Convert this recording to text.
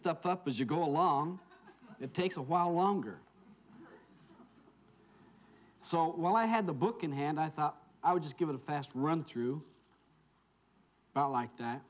stuff up as you go along it takes a while longer so while i had the book in hand i thought i would just give it a fast run through about like that